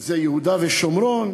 זה יהודה ושומרון.